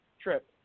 Trip